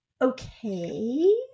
okay